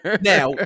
now